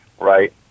right